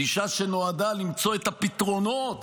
גישה שנועדה למצוא את הפתרונות,